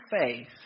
faith